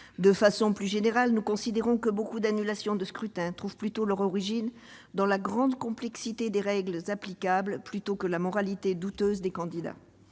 De façon plus générale, nous considérons que de nombreuses annulations de scrutins ont pour origine la grande complexité des règles applicables et non la moralité douteuse des candidats.